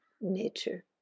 nature